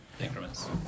Increments